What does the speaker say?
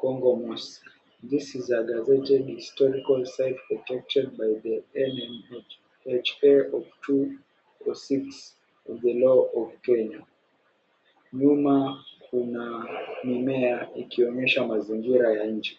Kongo Kosque. This Is A Gazetted Historical Site Protected By The NMHA of 2006 of the law of Kenya. Nyuma, kuna mimea, ikionyesha mazingira ya nje.